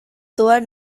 tua